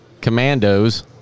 Commandos